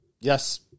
Yes